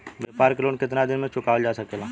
व्यापार के लोन कितना दिन मे चुकावल जा सकेला?